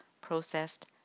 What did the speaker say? processed